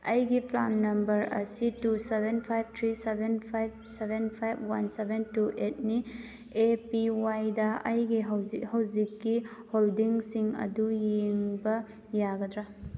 ꯑꯩꯒꯤ PRAN number ꯑꯁꯤ two seven five three seven five seven five one seven two ꯑꯦꯠꯅꯤ ꯑꯦ ꯄꯤ ꯋꯥꯏꯗ ꯑꯩꯒꯤ ꯍꯧꯖꯤꯛ ꯍꯧꯖꯤꯛꯀꯤ ꯍꯣꯜꯗꯤꯡꯁꯤꯡ ꯑꯗꯨ ꯌꯦꯡꯕ ꯌꯥꯒꯗ꯭ꯔ